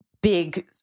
big